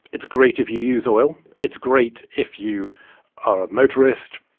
it's great if you use oil. it's great if you are a motorist.